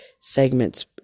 segments